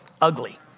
ugly